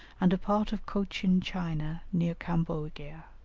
and a part of cochin-china near cambogia,